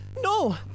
No